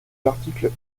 l’article